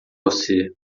você